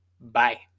Bye